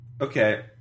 Okay